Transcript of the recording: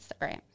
Instagram